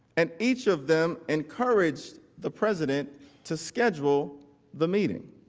and each of them encouraged the president to schedule the meeting.